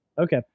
okay